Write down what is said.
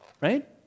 right